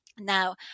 Now